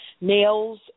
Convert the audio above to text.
Nails